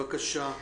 בבקשה.